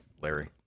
Larry